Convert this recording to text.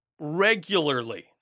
Regularly